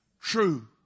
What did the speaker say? true